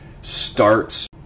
starts